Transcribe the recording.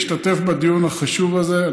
משתתפים בדיון החשוב הזה.